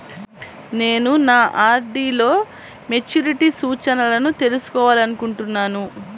నేను నా ఆర్.డీ లో మెచ్యూరిటీ సూచనలను తెలుసుకోవాలనుకుంటున్నాను